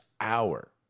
hour